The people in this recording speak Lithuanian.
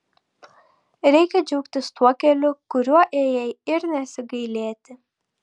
reikia džiaugtis tuo keliu kuriuo ėjai ir nesigailėti